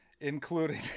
including